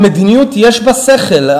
המדיניות, יש בה שכל.